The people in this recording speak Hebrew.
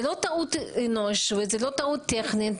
זאת לא טעות אנוש או טעות טכנית,